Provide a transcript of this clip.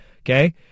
okay